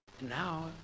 Now